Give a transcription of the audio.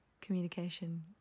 communication